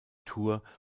tour